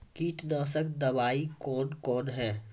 कीटनासक दवाई कौन कौन हैं?